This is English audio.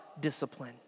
discipline